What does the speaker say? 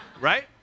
right